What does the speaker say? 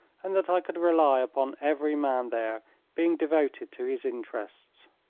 and that i could rely upon every man there being devoted to his interests.